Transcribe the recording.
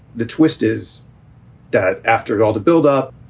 the twist is that after all the build up,